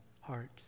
heart